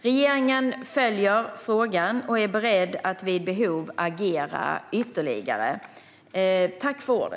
Regeringen följer frågan och är beredd att vid behov agera ytterligare.